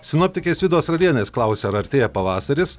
sinoptikės vidos ralienės klausia ar artėja pavasaris